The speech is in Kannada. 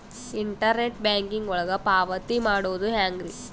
ಇಂಟರ್ನೆಟ್ ಬ್ಯಾಂಕಿಂಗ್ ಒಳಗ ಪಾವತಿ ಮಾಡೋದು ಹೆಂಗ್ರಿ?